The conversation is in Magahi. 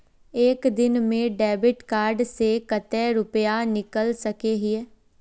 एक दिन में डेबिट कार्ड से कते रुपया निकल सके हिये?